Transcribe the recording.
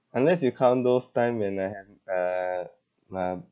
unless you count those time when I have uh